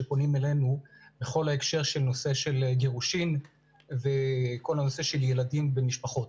שפונים אלינו בכל ההקשר של נושא של גירושין ונושא ילדים במשפחות.